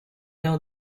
know